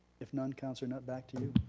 if none, councilor knutt, back to you.